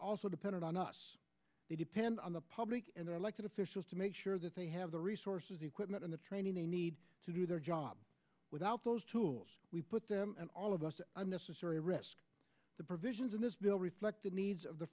also dependent on us they depend on the public and their elected officials to make sure that they have the resources the equipment and the training they need to do their job without those tools we put them and all of us necessary risk the provisions in this bill reflect the needs of the